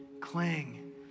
cling